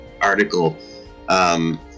article